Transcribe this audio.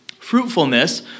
Fruitfulness